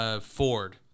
Ford